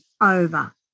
over